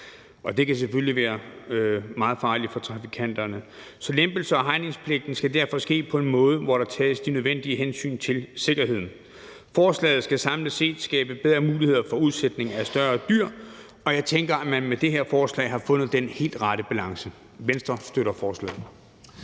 det kan selvfølgelig være meget farligt for trafikanterne. Så lempelser af hegningspligten skal derfor ske på en måde, hvor der tages de nødvendige hensyn til sikkerheden. Forslaget skal samlet set skabe bedre muligheder for udsætning af større dyr, og jeg tænker, at man med det her forslag har fundet den helt rette balance. Venstre støtter forslaget.